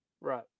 Right